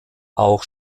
auch